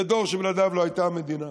זה דור שבלעדיו לא הייתה המדינה.